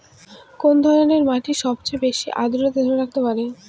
কোন ধরনের মাটি সবচেয়ে বেশি আর্দ্রতা ধরে রাখতে পারে?